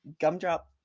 Gumdrop